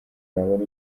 nabona